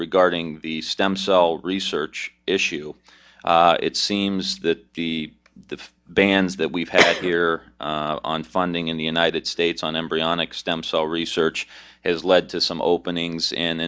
regarding the stem cell research issue it seems that the bans that we've had here on funding in the united states on embryonic stem cell research has led to some openings